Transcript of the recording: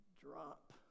Drop